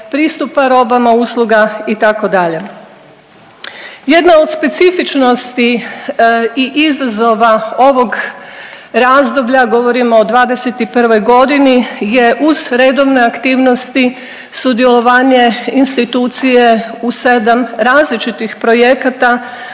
pristupa robama usluga, itd. Jedna od specifičnosti i izazova ovog razdoblja, govorimo o '21. g., je uz redovne aktivnosti, sudjelovanje institucije u 7 različitih projekata